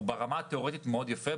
ברמה התיאורטית הוא יפה מאוד,